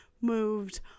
moved